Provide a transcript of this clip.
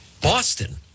Boston